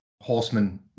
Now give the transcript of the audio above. Horseman